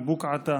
בבוקעאתא,